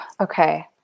okay